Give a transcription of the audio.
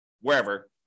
wherever